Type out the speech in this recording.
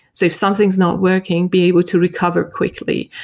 so if something's not working, be able to recover quickly,